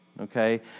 Okay